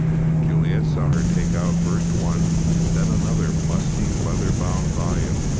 juliet saw her take out first one, then another, musty, leather-bound volume,